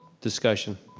discussion.